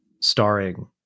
starring